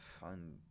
fun